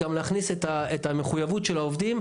להכניס גם את המחויבות של העובדים.